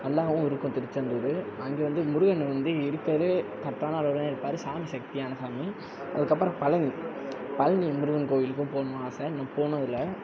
நல்லாவும் இருக்கும் திருச்செந்தூர் அங்கே வந்து முருகன் வந்து இருக்கிறதுலே கரட்டான அளவில்தான் இருப்பார் சாமி சக்தியான சாமி அதுக்கு அப்புறம் பழனி பழனி முருகன் கோயிலுக்கும் போணும்னு ஆசை இன்னும் போனது இல்லை